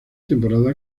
temporada